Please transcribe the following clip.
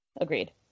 Agreed